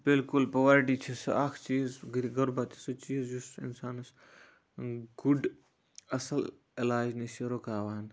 بِلکُل پاوَرٹی چھِ سُہ اکھ چیٖز غُربَت چھُ سُہ چیٖز یُس اِنسانَس گُڑ اَصٕل علاج نِش چھُ رُکاوان